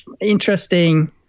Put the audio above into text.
interesting